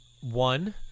One